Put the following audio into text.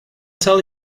tell